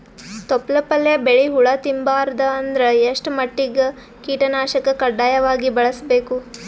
ತೊಪ್ಲ ಪಲ್ಯ ಬೆಳಿ ಹುಳ ತಿಂಬಾರದ ಅಂದ್ರ ಎಷ್ಟ ಮಟ್ಟಿಗ ಕೀಟನಾಶಕ ಕಡ್ಡಾಯವಾಗಿ ಬಳಸಬೇಕು?